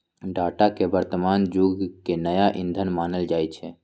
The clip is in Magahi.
डाटा के वर्तमान जुग के नया ईंधन मानल जाई छै